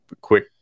quick